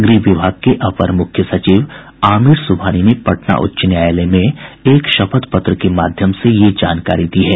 गृह विभाग के अपर मुख्य सचिव आमिर सुबहानी ने पटना उच्च न्यायालय में एक शपथ पत्र के माध्यम से यह जानकारी दी है